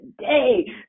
today